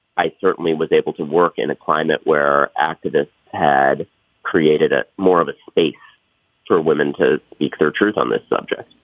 i certainly was able to work in a climate where activists had created a more of a space for women to speak their truth on this subject